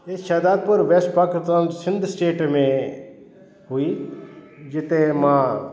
Shahdadpur west Pakistan Sindh state में हुई जिते मां